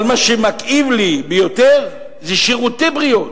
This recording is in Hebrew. אבל מה שמכאיב לי ביותר זה שירותי בריאות,